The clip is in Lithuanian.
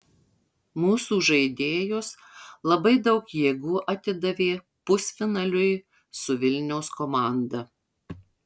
mūsų žaidėjos labai daug jėgų atidavė pusfinaliui su vilniaus komanda